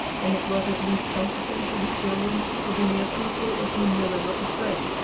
and it was at least comforting to the children to be near people of whom they were not afraid.